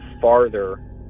farther